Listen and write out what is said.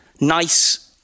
nice